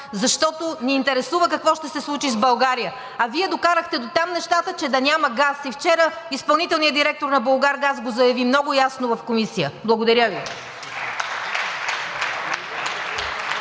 защото ни интересува какво ще се случи с България. А Вие докарахте до там нещата, че да няма газ. И вчера изпълнителният директор на „Булгаргаз“ го заяви много ясно в Комисията. Благодаря Ви.